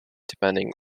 depending